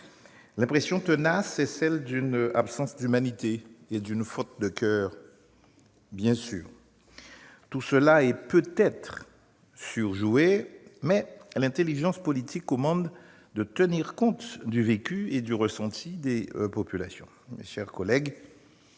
L'impression tenace, c'est celle d'une absence d'humanité et d'une faute de coeur. Bien sûr, tout cela est peut-être surjoué, mais l'intelligence politique commande de tenir compte du vécu et du ressenti des populations. Mes chers collègues,